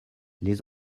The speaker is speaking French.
les